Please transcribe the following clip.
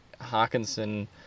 Hawkinson